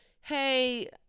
hey